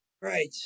Right